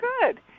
good